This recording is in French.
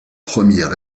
premier